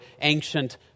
ancient